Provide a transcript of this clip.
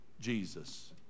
Jesus